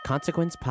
Consequence